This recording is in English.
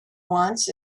wants